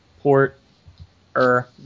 port-er